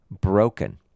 broken